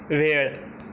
वेळ